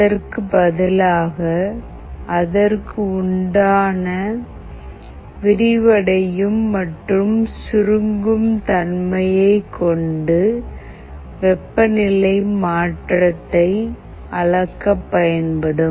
அதற்குப் பதிலாக அதற்கு உண்டான விரிவடையும் மற்றும் சுருங்கும் தன்மையைக் கொண்டு வெப்பநிலை மாற்றத்தை அளக்கப் பயன்படும்